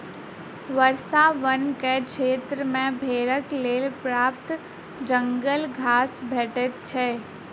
वर्षा वनक क्षेत्र मे भेड़क लेल पर्याप्त जंगल घास भेटैत छै